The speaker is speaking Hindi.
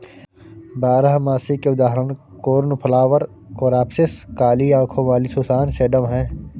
बारहमासी के उदाहरण कोर्नफ्लॉवर, कोरॉप्सिस, काली आंखों वाली सुसान, सेडम हैं